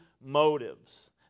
motives